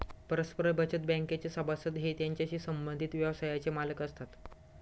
परस्पर बचत बँकेचे सभासद हे त्याच्याशी संबंधित व्यवसायाचे मालक असतात